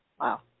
Wow